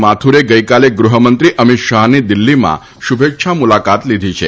માથુરે ગઇકાલે ગૃહમંત્રી અમિત શાહની દિલ્હીમાં શુભેચ્છા મુલાકાત લીધી હતી